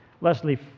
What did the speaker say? Leslie